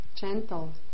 gentle